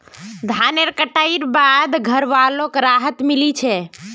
धानेर कटाई बाद घरवालोक राहत मिली छे